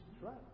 right